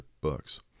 books